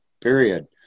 Period